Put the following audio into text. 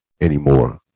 anymore